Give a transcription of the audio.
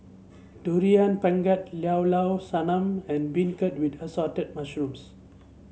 Durian Pengat Llao Llao Sanum and beancurd with Assorted Mushrooms